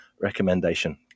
recommendation